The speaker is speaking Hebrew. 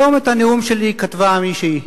היום את הנאום שלי כתבה מישהי.